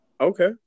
Okay